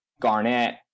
Garnett